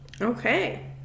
okay